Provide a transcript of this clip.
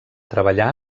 treballà